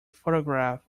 photograph